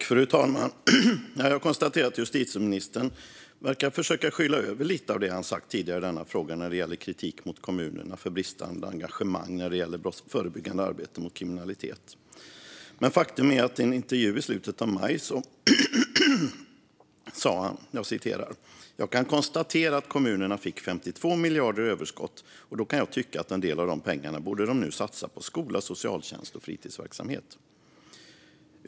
Fru talman! Jag konstaterar att justitieministern verkar försöka skyla över lite av det han sagt tidigare i denna fråga i form av kritik mot kommunerna för bristande engagemang när det gäller förebyggande arbete mot kriminalitet. Men faktum är att han i en intervju i slutet av maj sa följande: "Jag kan konstatera att kommunerna fick 52 miljarder i överskott och då kan jag tycka att en del av de pengarna borde de nu satsa på skola, socialtjänst och fritidsverksamhet."